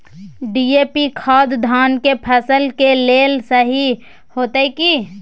DAP खाद धान के फसल के लेल सही होतय की?